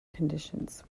conditions